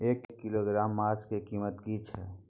एक किलोग्राम मांस के कीमत की छै?